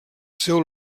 seu